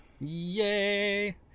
Yay